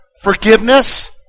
Forgiveness